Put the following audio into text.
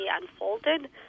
unfolded